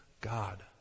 God